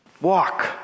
walk